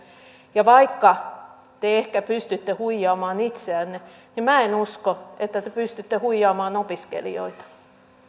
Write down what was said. vaikka te ehkä pystytte huijaamaan itseänne niin minä en usko että te pystytte huijaamaan opiskelijoita